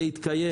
להתקיים.